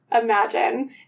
imagine